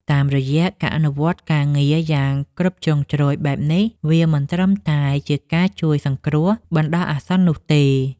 តាមរយៈការអនុវត្តការងារយ៉ាងគ្រប់ជ្រុងជ្រោយបែបនេះ វាមិនត្រឹមតែជាការជួយសង្គ្រោះបណ្ដោះអាសន្ននោះទេ។